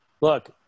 Look